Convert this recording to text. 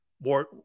more